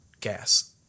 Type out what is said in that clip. gas